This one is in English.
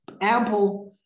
ample